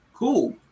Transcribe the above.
Cool